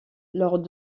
lors